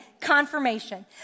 confirmation